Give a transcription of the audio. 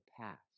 past